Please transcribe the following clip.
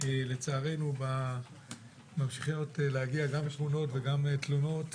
לצערנו ממשיכות להגיע תלונות